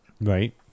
Right